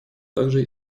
также